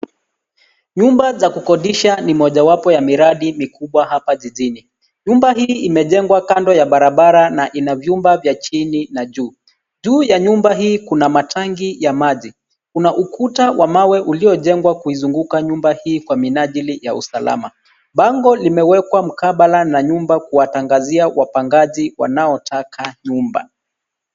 Nyumba za kukodisha ni mojawapo ya miradi mikubwa hapa jijini. Nyumba hili imejengwa kando ya barabara na ina vyumba vya chini na juu. Juu ya nyumba hii kuna matangi ya maji. Kuna ukuta wa mawe uliojengwa kuizunguka nyumba hii kwa minajili ya usalama. Bango limewekwa mkabala na nyumba kuwatangazia wapangaji wanaotaka nyumba.